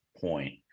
point